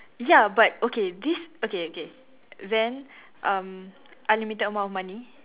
ya but okay this okay okay then um unlimited amount of money